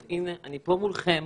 הנה, אני פה מולכם.